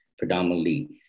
predominantly